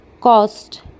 Cost